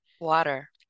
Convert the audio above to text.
Water